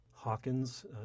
Hawkins